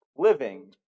living